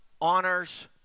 honors